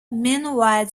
meanwhile